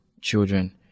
children